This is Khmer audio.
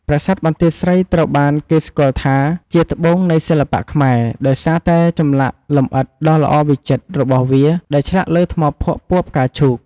ប្រាសាទបន្ទាយស្រីត្រូវបានគេស្គាល់ថាជា "ត្បូងនៃសិល្បៈខ្មែរ" ដោយសារតែចម្លាក់លម្អិតដ៏ល្អវិចិត្ររបស់វា ដែលឆ្លាក់លើថ្មភក់ពណ៌ផ្កាឈូក។